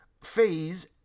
phase